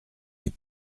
des